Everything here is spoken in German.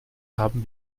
haben